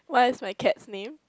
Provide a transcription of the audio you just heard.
what is my cat's name